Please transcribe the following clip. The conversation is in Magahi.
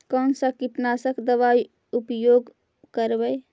कोन सा कीटनाशक दवा उपयोग करबय?